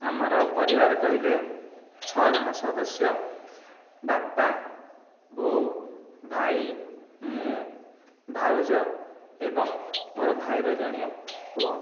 ଆମର ପରିବାର କହିଲେ ଛଅଜଣ ସଦସ୍ୟ ବାପା ବୋଉ ଭାଇ ମୁଁ ଭାଉଜ ଏବଂ ମୋର ଭାଇର ଜଣେ ପୁଅ